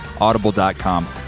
audible.com